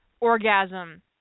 orgasm